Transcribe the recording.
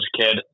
kid